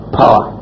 power